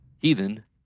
Heathen